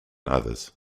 others